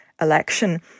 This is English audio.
election